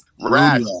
Rash